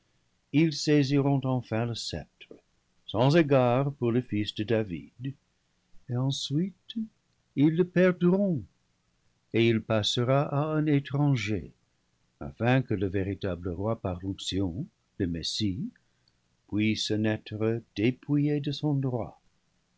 ils saisiront enfin le sceptre sans égard pour le fils de david et ensuite ils le perdront et il passera à un étranger afin que le véritable roi par l'onction le messie puisse naître dépouillé de son droit